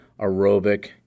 aerobic